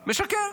משקר.